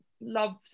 love